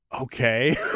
okay